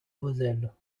vauzelles